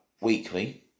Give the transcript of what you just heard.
weekly